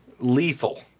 Lethal